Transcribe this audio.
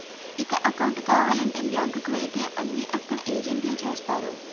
ఇక అకౌంటు కావాలంటే బ్యాంకు కు వెళితే అన్నీ అక్కడ ఏజెంట్లే చేస్తారు